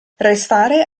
restare